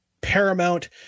paramount